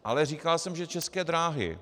Ale říkal jsem, že České dráhy.